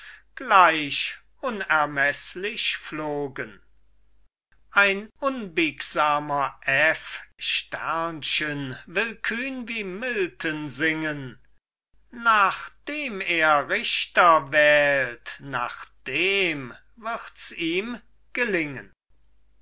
gleich unermeßlich flogen ein unbiegsamer f will kühn wie milton singen nach dem er richter wählt nach dem wirds ihm gelingen